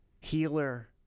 healer